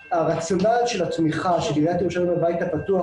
--- הרציונל של התמיכה של עיריית ירושלים בבית הפתוח,